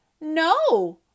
No